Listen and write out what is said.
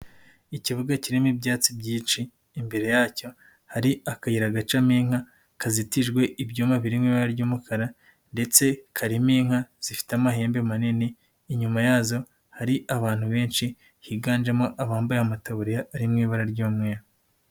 Ikibuga kirimo ibyatsi byinshi, imbere yacyo hari akayira gacamo inka kazitijwe ibyuma birimo ibara ry'umukara ndetse karimo inka zifite amahembe manini, inyuma yazo hari abantu benshi higanjemo abambaye amataburiya ari mu ibara ry'umweru.